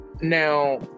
Now